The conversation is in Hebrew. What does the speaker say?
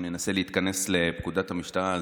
אם ננסה להתכנס לפקודת המשטרה,